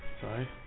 Sorry